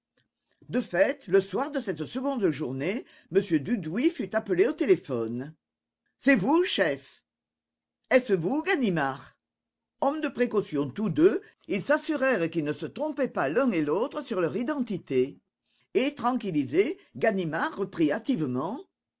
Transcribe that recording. de fait le soir de cette seconde journée m dudouis fut appelé au téléphone c'est vous chef est-ce vous ganimard hommes de précaution tous deux ils s'assurèrent qu'ils ne se trompaient pas l'un et l'autre sur leur identité et tranquillisé ganimard reprit hâtivement